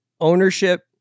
ownership